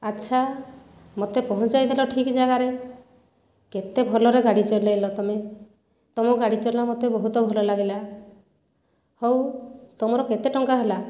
ଆଚ୍ଛା ମୋତେ ପହଞ୍ଚାଇ ଦେଲ ଠିକ୍ ଜାଗାରେ କେତେ ଭଲରେ ଗାଡ଼ି ଚଳାଇଲ ତୁମେ ତୁମ ଗାଡ଼ି ଚଲା ମୋତେ ବହୁତ ଭଲ ଲାଗିଲା ହେଉ ତୁମର କେତେ ଟଙ୍କା ହେଲା